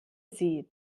sie